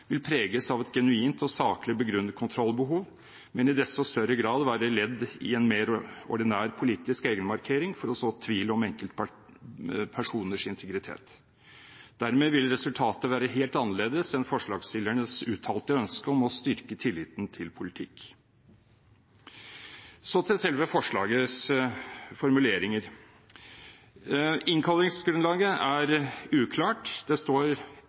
vil preges av et genuint og saklig begrunnet kontrollbehov, men i desto større grad være ledd i en mer ordinær politisk egenmarkering for å så tvil om enkeltpersoners integritet. Dermed vil resultatet være helt annerledes enn forslagsstillernes uttalte ønske om å styrke tilliten til politikk. Så til selve forslagets formuleringer. Innkallingsgrunnlaget er uklart. Det står: